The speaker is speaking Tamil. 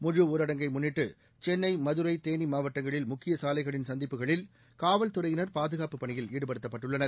முழுஊரடங்கை முன்னிட்டு சென்னை மதுரை தேனி மாவட்டங்களில் முக்கிய சாலைகளின் சந்திப்புகளில் காவல்துறையினர் பாதுகாப்புப் பணியில் ஈடுபட்டுள்ளனர்